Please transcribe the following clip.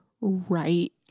right